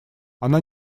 она